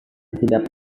tidak